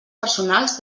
personals